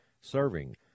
serving